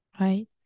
right